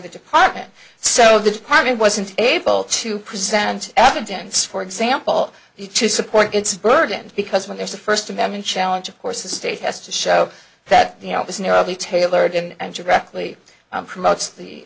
the department so the department wasn't able to present evidence for example the to support its burden because when there's a first amendment challenge of course the state has to show that you know it's nearly tailored and directly promotes the